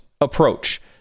approach